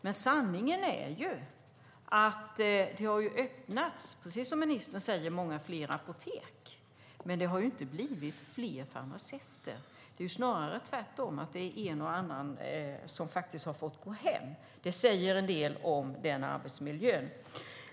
Men sanningen är att det inte har blivit fler farmaceuter, trots att det som ministern säger har öppnats många nya apotek. Det är snarare tvärtom, att en och annan har fått gå hem. Det säger en del om arbetsmiljön.